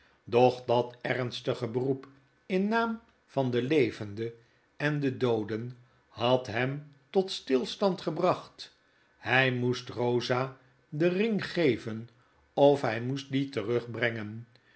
dat ernstige beroep in naam van de levende en de dooden had hem tot stilstand gebracht hij moest rosa den ring geven of hij moest dien terugbrengen